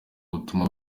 butuma